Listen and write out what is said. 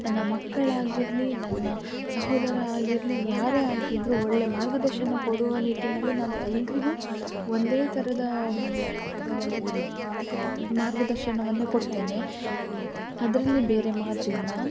ನನ್ನ ಮಕ್ಕಳಾಗಿರಲಿ ನನ್ನ ಸಹೋದರ ಆಗಿರಲಿ ಯಾರೇ ಆಗಿದ್ದರೂ ಒಳ್ಳೆಯ ಮಾರ್ಗದರ್ಶನ ಕೊಡುವ ನಿಟ್ಟಿನಲ್ಲಿ ನಾನು ಎಲ್ಲರಿಗೂ ಒಂದೇ ಥರದ ಮಾರ್ಗದರ್ಶನವನ್ನೇ ಕೊಡ್ತೇನೆ ಅದರಲ್ಲಿ ಬೇರೆ ಮಾತಿಲ್ಲ